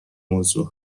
موضوع